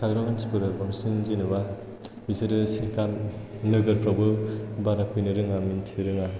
थाग्रा मानसिफोरा बांसिन जेनेबा बिसोरो सिगां नोगोरफोरावबो बारा फैनो रोङा मिन्थि रोङा